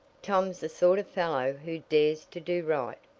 tom's the sort of fellow who dares to do right,